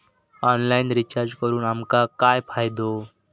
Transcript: Online recharge करून आमका काय फायदो?